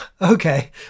Okay